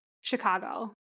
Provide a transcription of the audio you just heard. Chicago